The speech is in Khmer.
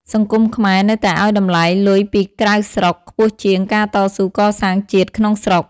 សង្គមខ្មែរនៅតែឱ្យតម្លៃ "លុយពីក្រៅស្រុក" ខ្ពស់ជាង "ការតស៊ូកសាងជាតិក្នុងស្រុក"។